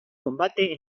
combate